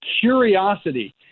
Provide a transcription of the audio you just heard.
curiosity